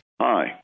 Hi